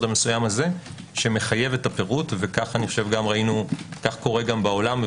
המסוים הזה שמחייב את הפירוט וכך קורה גם בעולם.